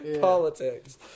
politics